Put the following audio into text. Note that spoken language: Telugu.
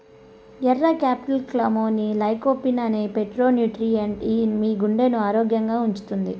ఎర్ర క్యాప్సికమ్లోని లైకోపీన్ అనే ఫైటోన్యూట్రియెంట్ మీ గుండెను ఆరోగ్యంగా ఉంచుతుంది